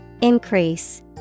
Increase